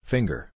Finger